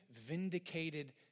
vindicated